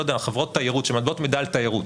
לא יודע חברות תיירות שמעבירות מידע על תיירות,